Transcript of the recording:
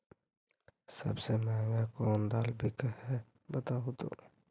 सबसे महंगा कोन दाल बिक है बताहु तो?